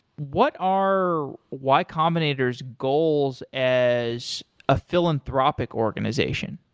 what are y combinator s goals as a philanthropic organization?